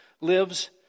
lives